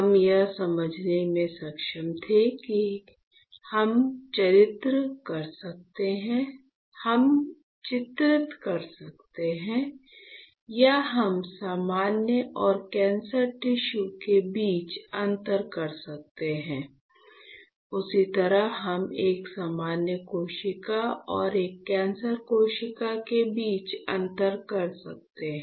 हम यह समझने में सक्षम थे कि हम चित्रित कर सकते हैं या हम सामान्य और कैंसर टिश्यू के बीच अंतर कर सकते हैं उसी तरह हम एक सामान्य कोशिका और एक कैंसर कोशिका के बीच अंतर कर सकते हैं